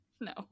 No